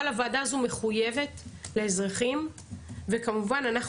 אבל הוועדה הזאת מחוייבת לאזרחים וכמובן אנחנו